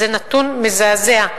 זה נתון מזעזע.